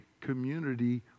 community